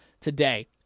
today